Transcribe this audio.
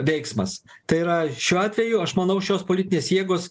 veiksmas tai yra šiuo atveju aš manau šios politinės jėgos